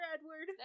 Edward